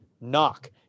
knock